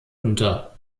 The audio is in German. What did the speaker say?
unter